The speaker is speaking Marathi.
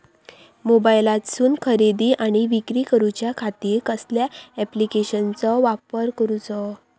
मोबाईलातसून खरेदी आणि विक्री करूच्या खाती कसल्या ॲप्लिकेशनाचो वापर करूचो?